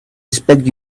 expect